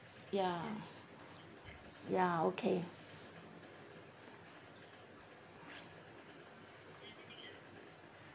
ya ya okay